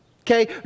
Okay